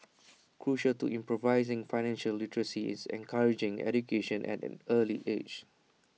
crucial to improving financial literacy is encouraging education at an early age